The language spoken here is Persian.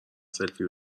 سلفی